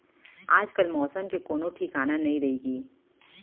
आजकाल मौसम के कोनों ठिकाना नइ रइगे